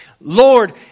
Lord